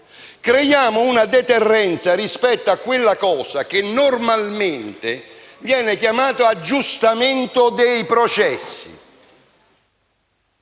creiamo una deterrenza rispetto a quello che normalmente viene chiamato aggiustamento dei processi.